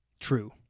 true